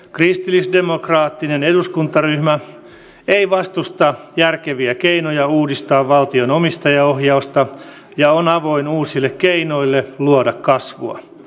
kristillisdemokraattinen eduskuntaryhmä ei vastusta järkeviä keinoja uudistaa valtion omistajaohjausta ja on avoin uusille keinoille luoda kasvua